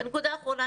נקודה אחרונה,